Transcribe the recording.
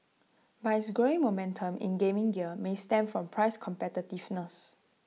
but its growing momentum in gaming gear may stem from price competitiveness